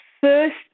first